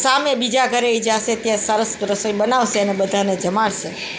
સામે બીજા ઘરે એ જશે ત્યાં સરસ રસોઈ બનાવશે અને બધાને જમાડશે